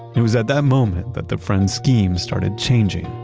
it was at that moment that the friend's scheme started changing.